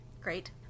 Great